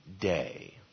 day